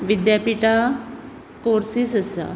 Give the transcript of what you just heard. विद्यापिठां कोर्सेस आसा